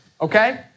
okay